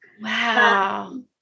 Wow